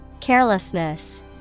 Carelessness